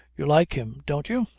you like him don't you?